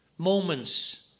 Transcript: Moments